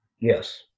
yes